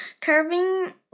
curving